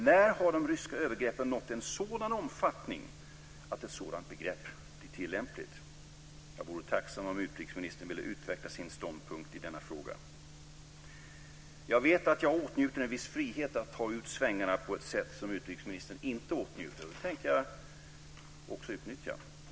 När har de ryska övergreppen nått en sådan omfattning att ett sådant begrepp blir tillämpligt? Jag vore tacksam om utrikesministern ville utveckla sin ståndpunkt i denna fråga. Jag vet att jag åtnjuter en viss frihet när det gäller att ta ut svängarna på ett sätt som utrikesministern inte kan göra. Det tänker jag också utnyttja.